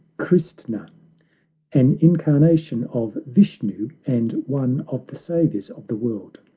christna an incarnation of vishnu, and one of the saviours of the world.